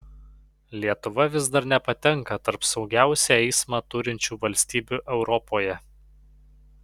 lietuva vis dar nepatenka tarp saugiausią eismą turinčių valstybių europoje